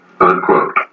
unquote